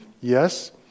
Yes